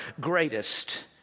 greatest